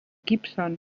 gibson